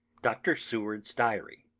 dr. seward's diary